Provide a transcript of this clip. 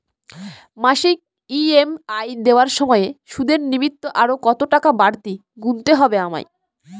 মাসিক ই.এম.আই দেওয়ার সময়ে সুদের নিমিত্ত আরো কতটাকা বাড়তি গুণতে হবে আমায়?